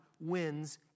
wins